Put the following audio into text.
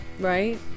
Right